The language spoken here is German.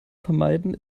vermeiden